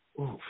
Oof